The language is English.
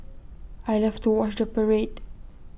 I love to watch the parade